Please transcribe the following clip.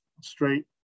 straight